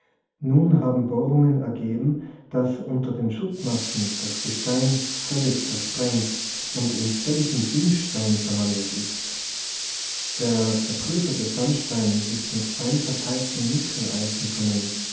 nun haben bohrungen ergeben daß unter den schuttmassen das gestein völlig zersprengt und in zelligen bimsstein verwandelt ist der zerpulverte sandstein ist mit feinverteiltem nickeleisen vermengt